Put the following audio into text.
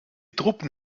truppen